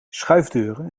schuifdeuren